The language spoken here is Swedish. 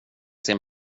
sin